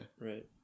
Right